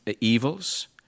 evils